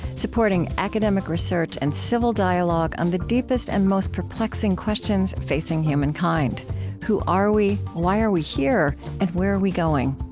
supporting academic research and civil dialogue on the deepest and most perplexing questions facing humankind who are we? why are we here? and where are we going?